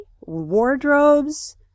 wardrobes